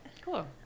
cool